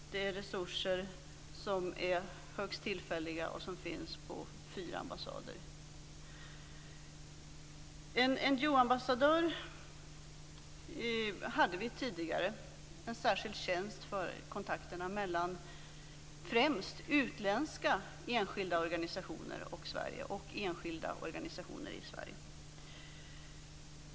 Det är resurser som är högst tillfälliga och som finns på fyra ambassader. Vi hade tidigare en NGO-ambassadör, en särskild tjänst för kontakterna mellan främst utländska enskilda organisationer och Sverige och enskilda organisationer i Sverige.